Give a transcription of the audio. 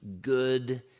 good